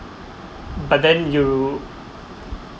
but then you